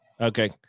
Okay